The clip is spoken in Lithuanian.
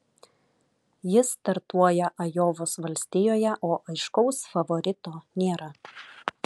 jis startuoja ajovos valstijoje o aiškaus favorito nėra